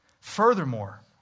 Furthermore